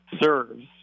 serves